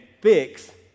fix